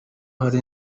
hari